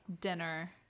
dinner